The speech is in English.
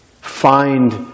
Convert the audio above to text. Find